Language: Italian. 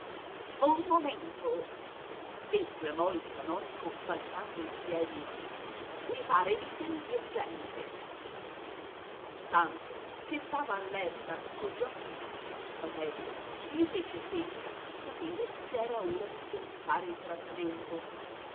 un momento esclamò il canonico balzando in piedi i pare di sentir gente santo che stava all'erta cogli occhi fissi sul fratello gli fece segno per sapere se era ora d'incominciare il trattamento